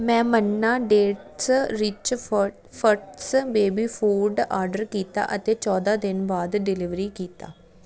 ਮੈਂ ਮੰਨਾ dates rich ਫ ਫਟਸ ਬੇਬੀ ਫੂਡ ਆਰਡਰ ਕੀਤਾ ਅਤੇ ਚੌਦਾਂ ਦਿਨ ਬਾਅਦ ਡਿਲੀਵਰੀ ਕੀਤਾ